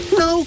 no